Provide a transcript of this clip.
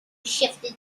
shifted